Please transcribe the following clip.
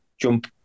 jump